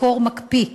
בקור מקפיא.